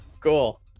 Cool